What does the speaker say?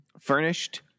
Furnished